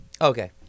Okay